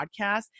podcast